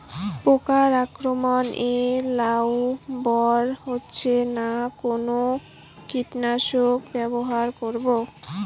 পোকার আক্রমণ এ লাউ বড় হচ্ছে না কোন কীটনাশক ব্যবহার করব?